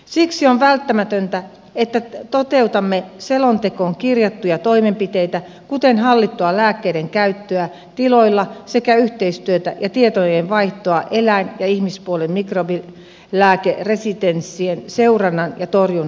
siksi on välttämätöntä että toteutamme selontekoon kirjattuja toimenpiteitä kuten hallittua lääkkeiden käyttöä tiloilla sekä yhteistyötä ja tietojenvaihtoa eläin ja ihmispuolen mikrobilääkeresistenssin seurannan ja torjunnan alueilla